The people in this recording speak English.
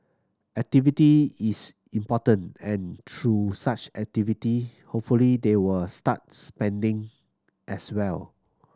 activity is important and through such activity hopefully they will start spending as well